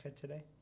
today